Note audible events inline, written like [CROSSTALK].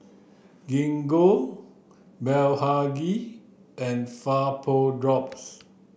Gingko Blephagel and [UNINTELLIGIBLE]